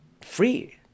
free